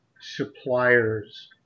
suppliers